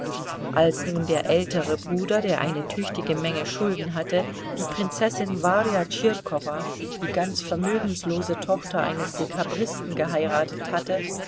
als nun der ältere bruder der eine tüchtige menge schulden hatte die prinzessin warja tschirkowa die ganz vermögenslose tochter eines dekabristen geheiratet hatte